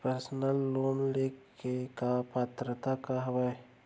Personal loan ले के का का पात्रता का हवय?